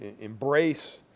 embrace